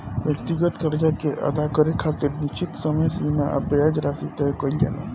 व्यक्तिगत कर्जा के अदा करे खातिर निश्चित समय सीमा आ ब्याज राशि तय कईल जाला